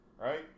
right